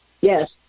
Yes